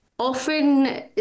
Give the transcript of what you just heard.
often